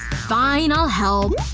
fine, i'll help.